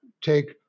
take